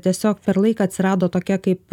tiesiog per laiką atsirado tokia kaip